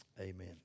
Amen